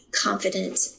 confident